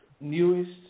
newest